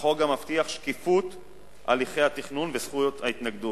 החוק גם מבטיח שקיפות הליכי התכנון וזכות ההתנגדות.